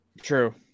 True